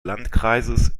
landkreises